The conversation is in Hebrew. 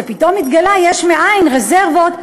כשפתאום התגלה יש מאין רזרבות,